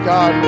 God